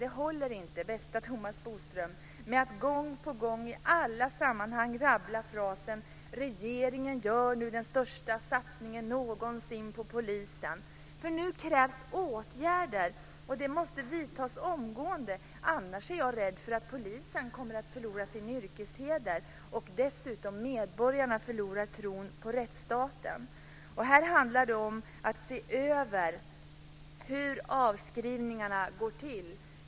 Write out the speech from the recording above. Det håller inte, bäste Thomas Bodström. Man kan inte gång på gång, i alla sammanhang, rabbla frasen att regeringen nu gör den största satsningen någonsin på polisen. Nu krävs åtgärder, och de måste vidtas omgående. Om inte är jag rädd för att polisen kommer att förlora sin yrkesheder och medborgarna tron på rättsstaten. Här handlar det om att se över hur avskrivningarna går till.